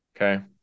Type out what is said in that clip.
okay